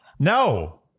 No